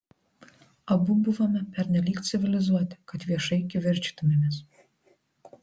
abu buvome pernelyg civilizuoti kad viešai kivirčytumėmės